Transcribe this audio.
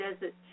Desert